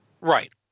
Right